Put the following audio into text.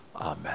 Amen